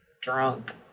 drunk